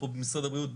פה במשרד הבריאות,